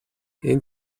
энэ